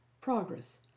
Progress